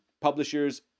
publishers